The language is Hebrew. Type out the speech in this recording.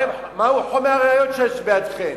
מהו חומר הראיות שיש בידכם?